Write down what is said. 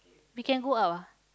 we can go out ah